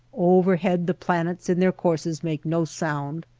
overhead the planets in their courses make no sound,